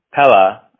Pella